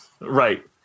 Right